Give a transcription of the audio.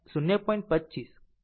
25 Ω છે